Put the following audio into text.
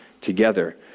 together